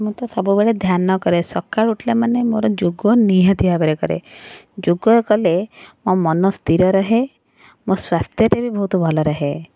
ମୁଁ ତ ସବୁବେଳେ ଧ୍ୟାନ କରେ ସକାଳୁ ଉଠିଲା ମାନେ ମୋର ଯୋଗ ନିହାତି ଭାବରେ କରେ ଯୋଗ କଲେ ମୋ ମନ ସ୍ଥିର ରହେ ମୋ ସ୍ୱାସ୍ଥ୍ୟଟା ବି ବହୁତ ଭଲ ରହେ